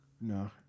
No